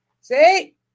see